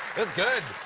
that's good.